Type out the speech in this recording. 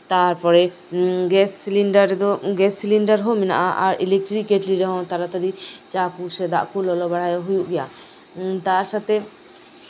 ᱛᱟᱨᱯᱚᱨᱮ gas cylinder ᱨᱮᱫᱚ gas cylinder ᱦᱚᱸ ᱢᱮᱱᱟᱜᱼᱟ ᱤᱞᱮᱠᱴᱤᱨᱤᱠ ᱠᱮᱴᱞᱤ ᱨᱮᱦᱚᱸ ᱛᱟᱲᱟᱛᱟᱲᱤ ᱫᱟᱜ ᱠᱚ ᱞᱚᱞᱚ ᱵᱟᱲᱟᱭ ᱦᱩᱭᱩᱜ ᱜᱮᱭᱟ ᱛᱟᱨ ᱥᱟᱛᱷᱮ